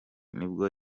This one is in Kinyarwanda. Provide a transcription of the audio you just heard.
nibwo